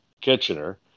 Kitchener